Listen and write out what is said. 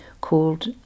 called